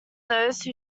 those